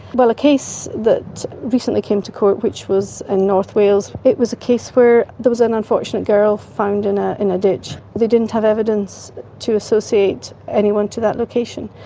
a case that recently came to court which was in north wales, it was a case where there was an unfortunate girl found in ah in a ditch. they didn't have evidence to associate anyone to that location,